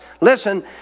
Listen